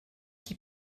qui